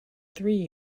three